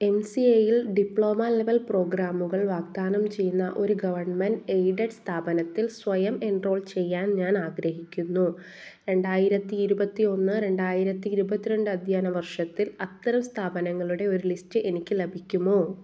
M C എയിൽ diploma level പ്രോഗ്രാമുകൾ വാഗ്ദാനം ചെയ്യുന്ന ഒരു ഗവൺമെൻറ് എയ്ഡഡ് സ്ഥാപനത്തിൽ സ്വയം എൻറോൾ ചെയ്യാൻ ഞാൻ ആഗ്രഹിക്കുന്നു രണ്ടായിരത്തി ഇരുപത്തിയൊന്ന് രണ്ടായിരത്തി ഇരുപത്തിരണ്ട് അധ്യയന വർഷത്തിൽ അത്തരം സ്ഥാപനങ്ങളുടെ ഒരു ലിസ്റ്റ് എനിക്ക് ലഭിക്കുമോ